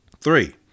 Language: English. Three